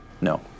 No